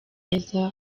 neza